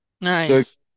Nice